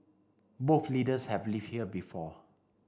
both leaders have live here before